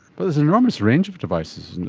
but is an enormous range of devices, isn't